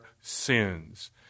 sins